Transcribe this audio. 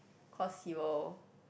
cause he will